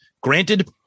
Granted